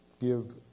give